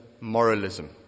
moralism